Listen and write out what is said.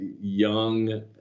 young